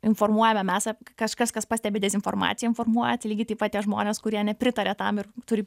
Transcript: informuojame mes kažkas kas pastebi dezinformaciją informuoja tai lygiai taip pat tie žmonės kurie nepritaria tam ir turi